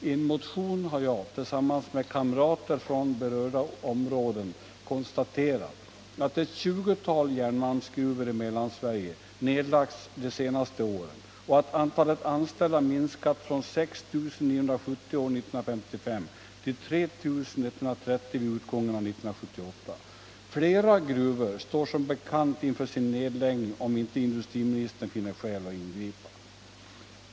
I en motion har jag tillsammans med kamrater från berörda områden konstaterat att ett 20-tal järnmalmsgruvor i Mellansverige nedlagts de senaste åren och att antalet anställda minskat från 6 970 år 1955 till 3 130 vid utgången av 1978. Flera gruvor står som bekant inför sin nedläggning om inte industriministern finner skäl att ingripa.